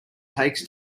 takes